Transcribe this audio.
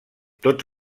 tots